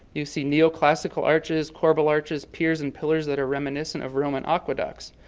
you see neoclassical arches, corbel arches, piers and pillars that reminiscent of roman acquadox.